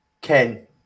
Ken